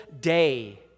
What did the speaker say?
day